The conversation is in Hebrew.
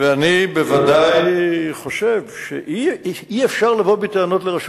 ואני ודאי חושב שאי-אפשר לבוא בטענות לרשות